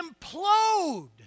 implode